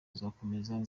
uzakomeza